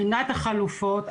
בחינת החלופות,